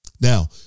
Now